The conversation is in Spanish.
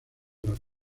las